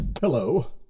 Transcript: Hello